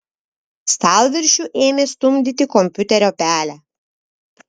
stalviršiu ėmė stumdyti kompiuterio pelę